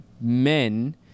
men